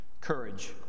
courage